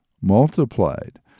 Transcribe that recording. multiplied